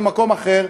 ממקום אחר,